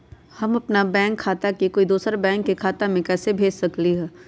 हम अपन बैंक खाता से कोई दोसर के बैंक खाता में पैसा कैसे भेज सकली ह?